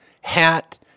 hat